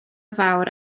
fawr